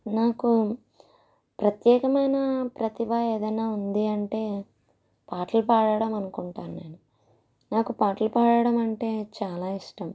నాకు ప్రత్యేకమైన ప్రతిభ ఏదైనా ఉంది అంటే పాటలు పాడటం అనుకుంటా నేను నాకు పాటలు పాడటం అంటే చాలా ఇష్టం